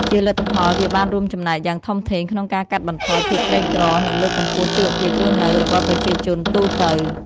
ជាលទ្ធផល វាបានរួមចំណែកយ៉ាងធំធេងក្នុងការកាត់បន្ថយភាពក្រីក្រ និងលើកកម្ពស់ជីវភាពរស់នៅរបស់ប្រជាជនទូទៅ។